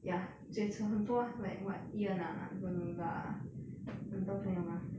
ya 借车很多 like what yi ren ah blah blah blah blah ah 很多朋友 mah